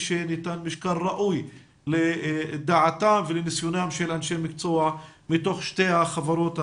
שניתן משקל ראוי לדעתם ולניסיונם של אנשי מקצוע מתוך שתי החברות,